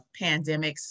pandemics